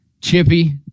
chippy